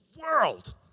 world